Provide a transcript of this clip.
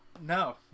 No